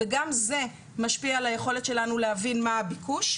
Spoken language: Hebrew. וגם זה משפיע על היכולת שלנו להבין מה הביקוש.